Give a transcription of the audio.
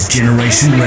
Generation